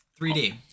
3d